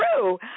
true